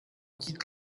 quitte